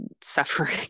suffering